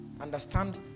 understand